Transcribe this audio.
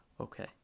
Okay